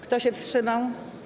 Kto się wstrzymał?